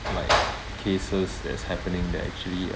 like cases that's happening that actually